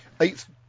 Eighth